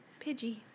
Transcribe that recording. Pidgey